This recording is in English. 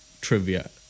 trivia